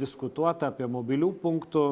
diskutuota apie mobilių punktų